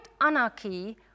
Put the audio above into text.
anarchy